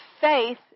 faith